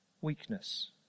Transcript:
weakness